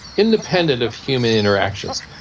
independent of human interactions.